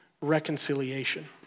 reconciliation